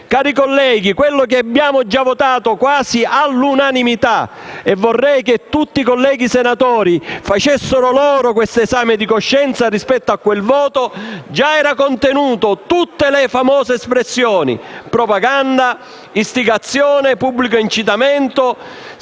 Cari colleghi, il testo che abbiamo già votato quasi all'unanimità - e vorrei che tutti i colleghi senatori facessero loro questo esame di coscienza rispetto a quel voto - già conteneva tutte le famose espressioni: «propaganda», «istigazione», «pubblico incitamento»,